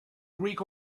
greek